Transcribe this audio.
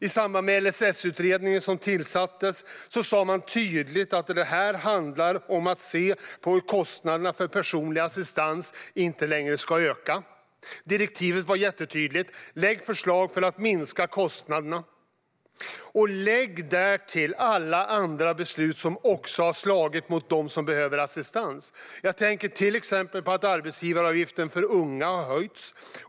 I samband med LSS-utredningen som tillsattes sas det tydligt att det handlar om att se på hur kostnaderna för personlig assistans ska sluta att öka. Direktivet var jättetydligt: Lägg fram förslag för att minska kostnaderna. Lägg därtill alla andra beslut som också har slagit mot dem som behöver assistans. Jag tänker till exempel på att arbetsgivaravgiften för unga har höjts.